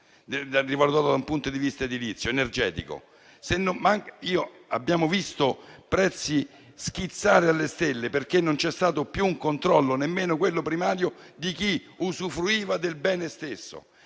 rivalutato dal punto di vista edilizio e energetico. Abbiamo visto prezzi schizzare alle stelle perché non c'è stato più un controllo, nemmeno quello primario, di chi usufruiva del bene stesso.